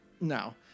no